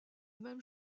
même